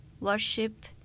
worship